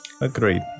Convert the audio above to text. Agreed